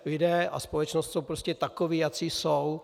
Lidé a společnost jsou prostě takoví, jací jsou.